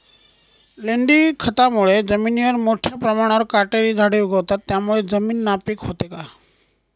लेंडी खतामुळे जमिनीवर मोठ्या प्रमाणावर काटेरी झाडे उगवतात, त्यामुळे जमीन नापीक होते का?